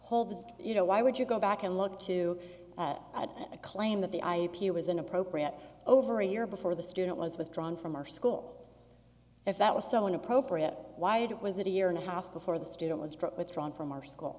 hold this you know why would you go back and look to at a claim that the ip was inappropriate over a year before the student was withdrawn from our school if that was so inappropriate why did it was it a year and a half before the student was withdrawn from our school